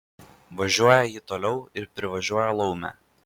važiuoja ji toliau ir privažiuoja laumę